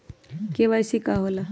KYC का होला?